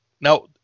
Now